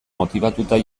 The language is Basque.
motibatuta